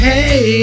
Hey